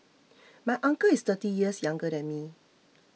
my uncle is thirty years younger than me